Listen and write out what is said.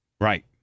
Right